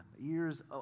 ears